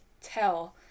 tell